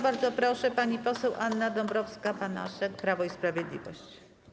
Bardzo proszę, pani poseł Anna Dąbrowska-Banaszek, Prawo i Sprawiedliwość.